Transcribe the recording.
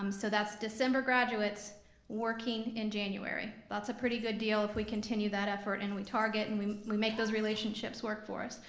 um so that's december graduates working in january. that's a pretty good deal if we continue that effort, and we target, and we we make those relationships work for us.